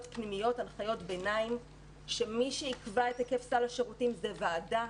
ביניים פנימיות שמי שיקבע את היקף סל השירותים זה ועדה